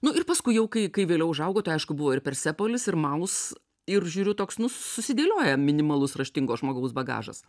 nu ir paskui jau kai kai vėliau užaugau tai aišku buvo ir persepolis ir maus ir žiūriu toks nu susidėlioja minimalus raštingo žmogaus bagažas